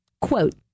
Quote